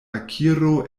akiro